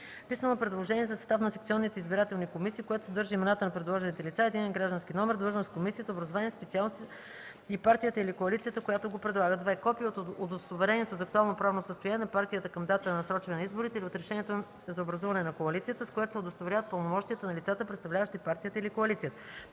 писмено предложение за състав на секционните избирателни комисии, което съдържа имената на предложените лица, единен граждански номер, длъжност в комисията, образование, специалност и партията или коалицията, която ги предлага; 2. копие от удостоверението за актуално правно състояние на партията към датата на насрочване на изборите или от решението за образуване на коалицията, с което се удостоверяват пълномощията на лицата, представляващи партията или коалицията;